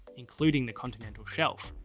including the continental shelf.